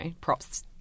props